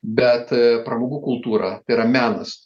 bet pramogų kultūra tai yra menas